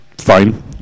fine